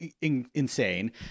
insane